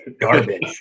garbage